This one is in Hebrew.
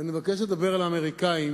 ואני מבקש לדבר על האמריקנים,